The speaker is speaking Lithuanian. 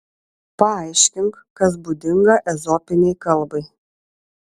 paaiškink kas būdinga ezopinei kalbai